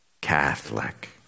Catholic